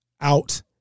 out